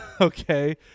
okay